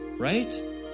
right